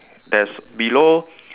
there's below